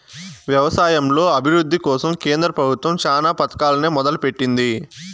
వ్యవసాయంలో అభివృద్ది కోసం కేంద్ర ప్రభుత్వం చానా పథకాలనే మొదలు పెట్టింది